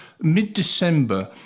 mid-December